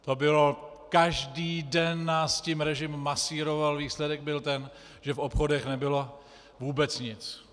To bylo, každý den nás tím režim masíroval, výsledek byl ten, že v obchodech nebylo vůbec nic.